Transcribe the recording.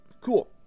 Cool